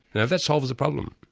now that solves the problem.